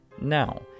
Now